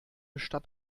stadt